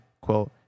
quote